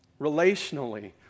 Relationally